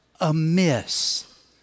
amiss